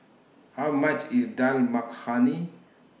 How much IS Dal Makhani